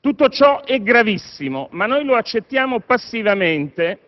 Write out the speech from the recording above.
Tutto ciò è gravissimo, ma lo accettiamo passivamente,